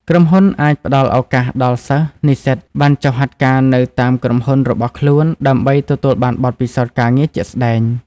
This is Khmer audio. ក្រុមហ៊ុនអាចផ្តល់ឱកាសដល់សិស្ស-និស្សិតបានចុះហាត់ការនៅតាមក្រុមហ៊ុនរបស់ខ្លួនដើម្បីទទួលបានបទពិសោធន៍ការងារជាក់ស្តែង។